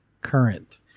current